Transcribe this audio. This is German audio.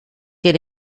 der